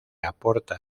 aporta